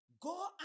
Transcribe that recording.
go